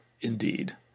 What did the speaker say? Indeed